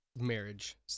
marriage